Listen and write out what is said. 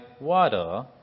water